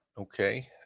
Okay